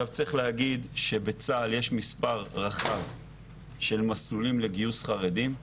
צריך להגיד שבצה"ל יש מספר רחב של מסלולים לגיוס חרדים.